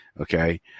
Okay